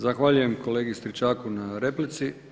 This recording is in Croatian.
Zahvaljujem kolegi Stričaku na replici.